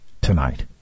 tonight